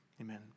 Amen